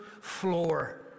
floor